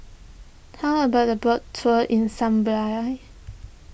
how about a boat tour in Zambia